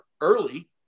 early